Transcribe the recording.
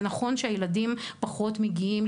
זה נכון שהילדים פחות מגיעים,